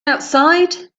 outside